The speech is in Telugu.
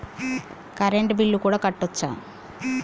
కరెంటు బిల్లు కూడా కట్టొచ్చా?